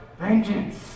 vengeance